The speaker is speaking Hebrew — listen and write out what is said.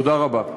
תודה רבה.